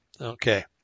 Okay